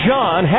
John